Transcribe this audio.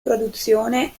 produzione